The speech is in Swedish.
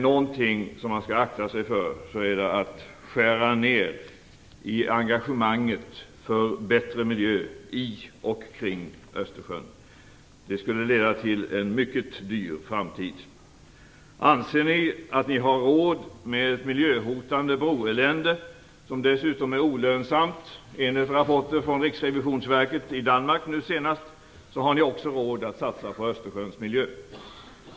Någonting som man skall akta sig för är att skära ned i engagemanget för en bättre miljö i och kring Östersjön. Det skulle leda till mycket höga kostnader i framtiden. Om ni anser er ha råd med ett miljöhotande broelände som dessutom är olönsamt, enligt rapporter från Riksrevisionsverket i Danmark, har ni också råd att satsa på Östersjöns miljö.